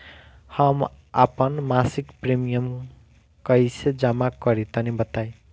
हम आपन मसिक प्रिमियम कइसे जमा करि तनि बताईं?